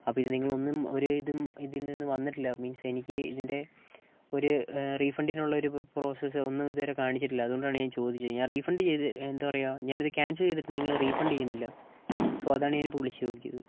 അപ്പോൾ ഇത് നിങ്ങൾ ഒന്നും ഒരു ഇതും ഇതിൽനിന്ന് വന്നിട്ടില്ല മീൻസ് എനിക്ക് ഇതിന്റെ ഒരു റീഫണ്ടിനുള്ളൊരു പ്രോസസ്സോ ഒന്നും ഇതുവരെ കാണിച്ചിട്ടില്ല അതുകൊണ്ടാണ് ഞാൻ ചോദിച്ചത് ഞാൻ റീഫണ്ട് ചെയ്ത് എന്താ പറയുക ഞാൻ ഇത് ക്യാൻസൽ ചെയ്തിട്ട് നിങ്ങൾ റീഫണ്ട് ചെയ്യുന്നില്ല സോ അതാണ് ഞാൻ ഇപ്പോൾ വിളിച്ചു നോക്കിയത്